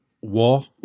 war